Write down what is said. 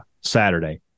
Saturday